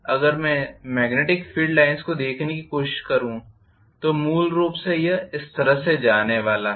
अगर मैं magnetic field lines को देखने की कोशिश करूं तो मूल रूप से यह इस तरह से जाने वाला है